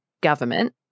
government